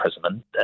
prison